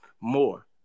more